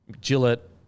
Gillett